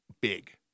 big